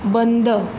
बंद